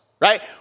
right